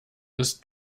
ist